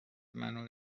منو